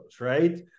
right